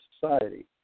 society